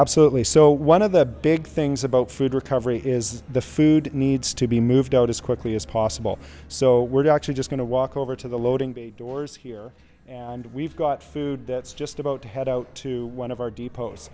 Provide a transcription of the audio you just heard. absolutely so one of the big things about food recovery is the food needs to be moved out as quickly as possible so we're actually just going to walk over to the loading bay doors here and we've got food that's just about to head out to one of our